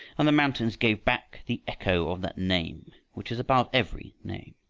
and the mountains gave back the echo of that name which is above every name.